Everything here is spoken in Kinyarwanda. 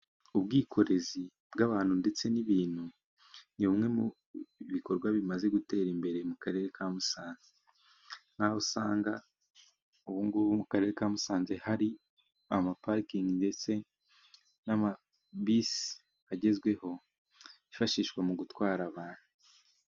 Ubwikorezi bw'abantu ndetse n'ibintu. Ni bimwe mu bikorwa bimaze gutera imbere ,mu karere ka Musanze. Nk'aho usanga ubu ngubu mu karere ka Musanze hari amaparikingi. Ndetse n'amabisi agezweho. Yifashishwa mu gutwara abantu.